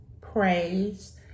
praise